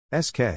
SK